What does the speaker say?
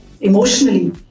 emotionally